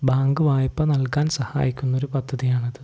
bank വായ്പ നൽകാൻ സഹായിക്കുന്നൊരു പദ്ധതിയാാണിത്